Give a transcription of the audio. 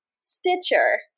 Stitcher